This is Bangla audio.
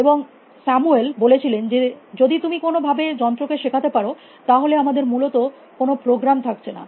এবং স্যামুয়েল বলে ছিলেন যে যদি তুমি কোনো ভাবে যন্ত্রকে শেখাতে পারো তাহলে আমাদের মূলত কোনো প্রোগ্রাম থাকছে না